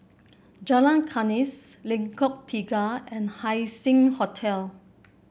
Jalan Kandis Lengkong Tiga and Haising Hotel